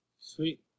Sweet